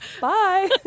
Bye